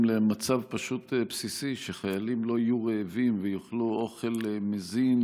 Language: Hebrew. למצב פשוט בסיסי הוא שחיילים לא יהיו רעבים ויאכלו אוכל מזין,